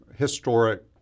historic